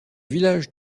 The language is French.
village